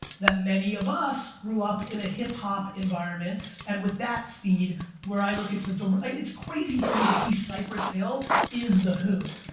that many of us grew up in a hip-hop environment and with that seed where i look at. it's crazy for me to see cypress hill is the who.